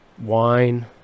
Wine